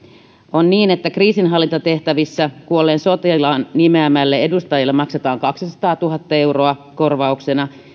on niin että kriisinhallintatehtävissä kuolleen sotilaan nimeämälle edustajalle maksetaan kaksisataatuhatta euroa korvauksena